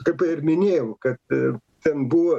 kaip ir minėjau kad i ten buvo